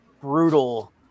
brutal